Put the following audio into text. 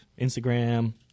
Instagram